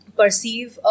perceive